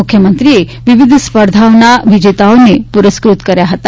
મુખ્યમંત્રીએ વિવિધ સ્પર્ધાઓના વિજેતાઓને પુરસ્કૃત કર્યા હતા